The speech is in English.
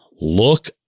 look